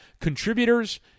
contributors